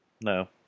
No